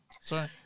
Sorry